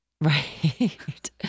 Right